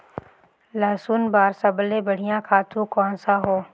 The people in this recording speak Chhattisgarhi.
लसुन बार सबले बढ़िया खातु कोन सा हो?